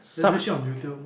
censorship on YouTube